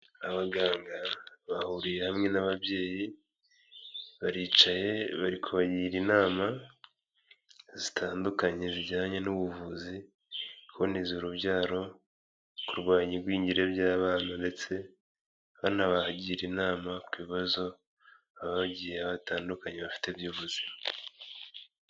Abaganga bahuriye hamwe n'ababyeyi baricaye bari kubagira inama zitandukanye zijyanye n'ubuvuzi, kuboneza urubyaro, kurwanya igwingire by'abana ndetse banabagira inama ku bibazo babagiye batandukanye bafite by'ubuzima.